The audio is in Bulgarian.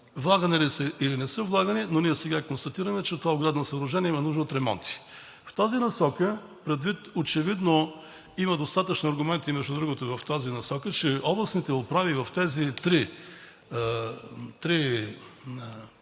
влагани ли са, или не са влагани, но ние сега констатираме, че това оградно съоръжение има нужда от ремонти. Очевидно има достатъчно аргументи, между другото, в тази насока, че областните управи в тези три